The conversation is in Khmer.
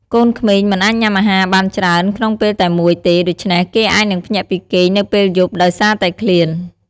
កូនក្មេងមិនអាចញុំាអាហារបានច្រើនក្នុងពេលតែមួយទេដូច្នេះគេអាចនឹងភ្ញាក់ពីគេងនៅពេលយប់ដោយសារតែឃ្លាន។